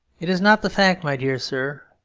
it is not the fact, my dear sir.